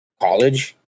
college